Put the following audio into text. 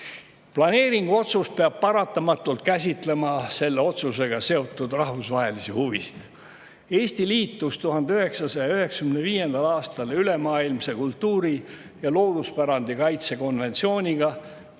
Planeeringu otsus peab paratamatult käsitlema selle otsusega seotud rahvusvahelisi huvisid. Eesti liitus 1995. aastal ülemaailmse kultuuri- ja looduspärandi kaitse konventsiooniga.